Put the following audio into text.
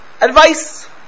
advice